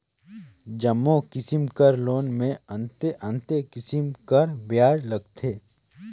जम्मो किसिम कर लोन में अन्ते अन्ते किसिम कर बियाज लगथे